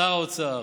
שר האוצר,